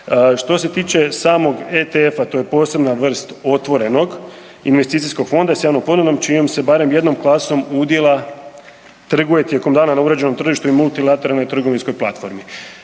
Što se tiče samog ETF-a, to je posebna vrsta otvorenog investicijskog fonda s javnom ponudom čijom se barem jednom klasom udjela trguje tijekom dana na uređenom tržištu i multilateralnoj trgovinskoj platformi.